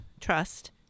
trust